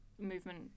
movement